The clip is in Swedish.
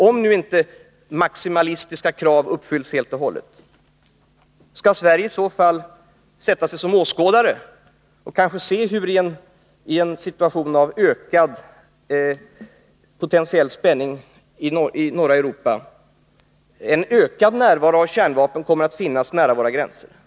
Om nu inte s.k. maximalistiska krav uppfylls helt och hållet, skall Sverige i så fall sätta sig ned som åskådare och få iaktta hur i en situation av ökad spänning i norra Europa ett en större antal kärnvapen kan komma att finnas nära våra gränser?